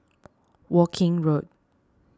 Woking Road